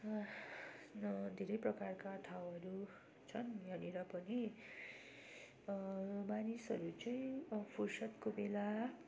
जस्तो धेरै प्रकारका ठाउँहरू छन् यहाँनेर पनि मानिसहरू चाहिँ फुर्सदको बेला